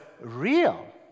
real